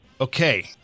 Okay